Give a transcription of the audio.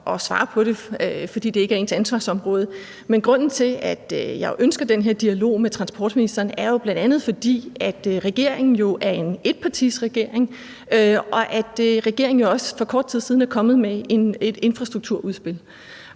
at svare på, fordi det ikke er ens ansvarsområde. Men grunden til, at jeg ønsker den her dialog med transportministeren, er jo bl.a., at regeringen er en etpartiregering, og at regeringen også for kort tid siden er kommet med et infrastrukturudspil.